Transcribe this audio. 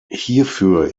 hierfür